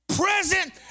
present